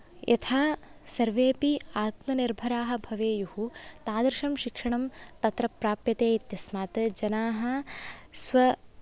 यथा सर्वेऽपि आत्मनिर्भराः भवेयुः तादृशं शिक्षणं तत्र प्राप्यते इत्यस्मात् जनाः स्व